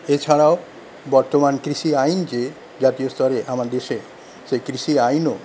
এছাড়াও বর্তমান কৃষি আইন যে জাতীয় স্তরে আমার দেশে সেই কৃষি আইনও